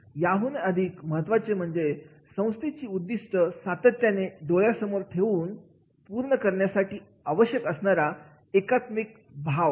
याहूनही अधिक महत्त्वाचं म्हणजे संस्थेची उद्दिष्टे सातत्याने डोळ्यासमोर ठेवून पूर्ण करण्यासाठी आवश्यक असणारा एकात्मिक भाव